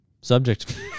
subject